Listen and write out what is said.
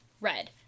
red